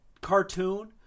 cartoon